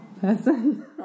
person